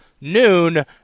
noon